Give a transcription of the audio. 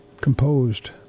composed